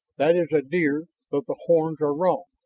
that is a deer, though the horns are wrong,